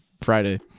Friday